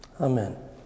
Amen